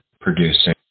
producing